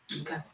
Okay